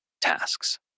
tasks